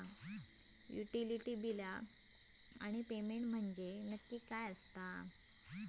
Utility बिला आणि payment म्हंजे नक्की काय आसा?